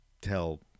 tell